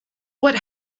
what